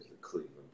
Cleveland